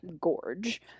gorge